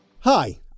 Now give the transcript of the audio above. Hi